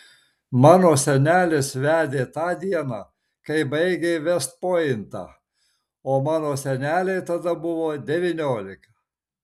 mano senelis vedė tą dieną kai baigė vest pointą o mano senelei tada buvo devyniolika